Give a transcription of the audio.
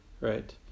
right